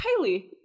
Kylie